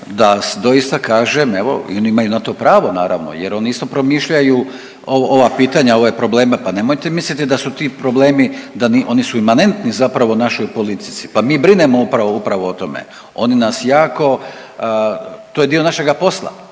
da doista kažem evo i oni imaju na to pravo naravno jer oni isto promišljaju isto ova pitanja, ove probleme. Pa nemojte misliti da su ti problemi, oni su imanentni zapravo našoj politici, pa mi brinemo upravo, upravo o tome. Oni nas jako, to je dio našega posla.